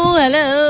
hello